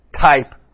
type